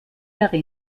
dieser